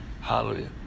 Hallelujah